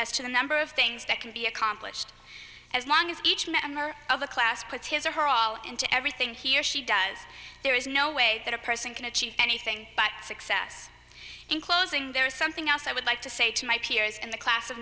as to the number of things that can be accomplished as long as each member of the class puts his or her all into everything he or she does there is no way that a person can achieve anything but success in closing there is something else i would like to say to my peers in the class of